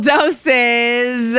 Doses